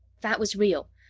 that was real.